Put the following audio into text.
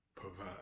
provide